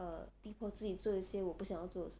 err 逼迫自己做一些我不想要做的事情